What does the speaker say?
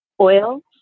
oils